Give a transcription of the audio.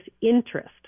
interest